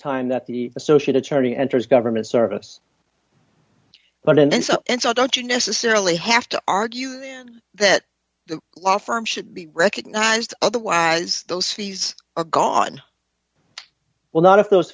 time that the associate attorney enters government service but and so and so i don't you necessarily have to argue that the law firm should be recognized otherwise those fees gone well not if those